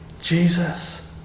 Jesus